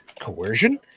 coercion